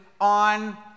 on